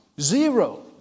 Zero